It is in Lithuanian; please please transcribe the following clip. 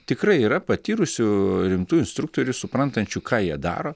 tikrai yra patyrusių rimtų instruktorių suprantančių ką jie daro